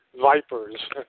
vipers